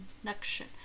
connection